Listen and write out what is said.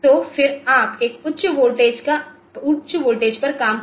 तो फिर आप एक उच्च वोल्टेज पर काम कर सकते हैं